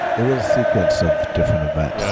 it was a sequence of different event.